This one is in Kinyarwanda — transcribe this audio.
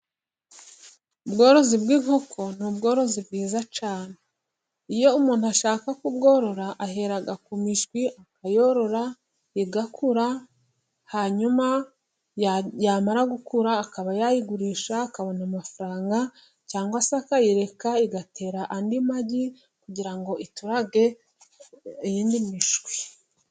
Ubworozi bw'inkoko ni ubworozi bwiza cyane. iyo umuntu ashaka kubworora ahera ku mishwi, akayorora igakura hanyuma yamara gukura akaba yayigurisha akabona amafaranga, cyangwa se akayireka igatera andi magi, kugira ngo iturage iyindi mishwi.